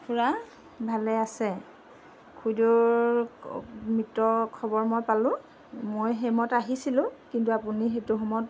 খুড়া ভালে আছে খুড়ীদেউৰ মৃত খবৰ মই পালোঁ মই সেই আহিছিলোঁ কিন্তু আপুনি সেইটো সময়ত